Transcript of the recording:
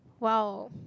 !wow!